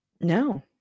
No